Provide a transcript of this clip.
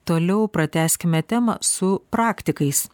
toliau pratęskime temą su praktikais